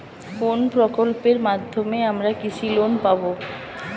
কোন প্রকল্পের মাধ্যমে আমরা কৃষি লোন পাবো?